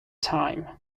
time